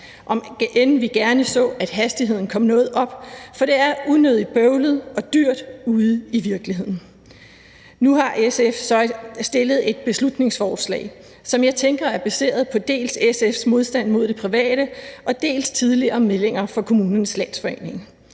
end vi gerne så, at hastigheden kom noget op, for det er unødig bøvlet og dyrt ude i virkeligheden. Nu har SF så fremsat et beslutningsforslag, som jeg tænker er baseret dels på SF's modstand mod det private, dels tidligere meldinger fra Kommunernes Landsforening.